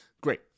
great